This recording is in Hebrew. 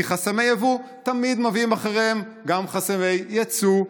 כי חסמי יבוא תמיד מביאים אחריהם גם חסמי יצוא.